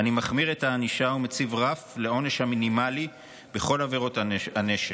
אני מחמיר את הענישה ומציב רף לעונש המינימלי בכל עבירות הנשק.